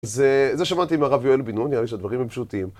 זה שמעתי מהרב יואל בן נון, נראה לי שהדברים הם פשוטים.